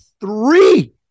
three